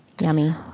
yummy